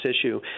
issue